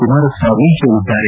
ಕುಮಾರಸ್ವಾಮಿ ಹೇಳಿದ್ದಾರೆ